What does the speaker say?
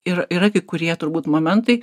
ir yra kai kurie turbūt momentai